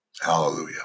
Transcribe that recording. Hallelujah